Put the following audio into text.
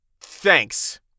thanks